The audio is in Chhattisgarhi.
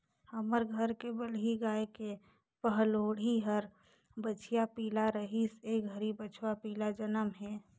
हमर घर के बलही गाय के पहलोठि हर बछिया पिला रहिस ए घरी बछवा पिला जनम हे